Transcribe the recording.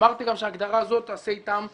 אמרתי גם שההגדרה הזאת תעשה איתם חסד,